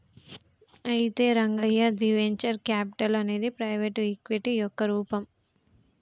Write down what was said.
అయితే Rangaiah the venture capital అనేది private equity యొక్క రూపం